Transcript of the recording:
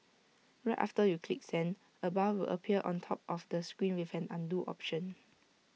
right after you click send A bar will appear on top of the screen with an Undo option